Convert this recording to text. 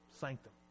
sanctum